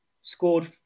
scored